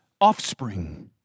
offspring